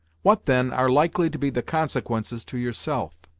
what, then, are likely to be the consequences to yourself?